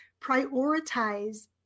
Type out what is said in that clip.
prioritize